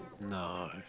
No